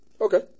Okay